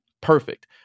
Perfect